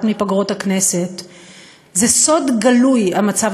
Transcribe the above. זה לא אופנתי